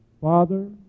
Father